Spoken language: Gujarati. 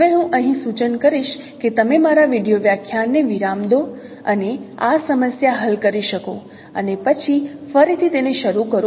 હવે હું અહીં સૂચન કરીશ કે તમે મારા વિડિઓ વ્યાખ્યાન ને વિરામ દો અને આ સમસ્યા હલ કરી શકો અને પછી ફરીથી તેને શરૂ કરો